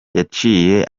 yaciye